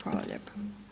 Hvala lijepo.